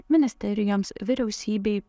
ministerijoms vyriausybei